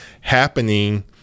happening